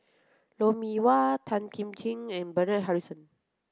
Lou Mee Wah Tan Kim Ching and Bernard Harrison